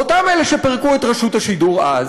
ואותם אלה שפירקו את רשות השידור אז